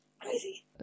crazy